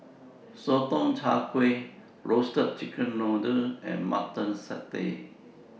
Sotong Char Kway Roasted Chicken Noodle and Mutton Satay